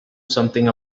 something